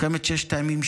מלחמת ששת הימים,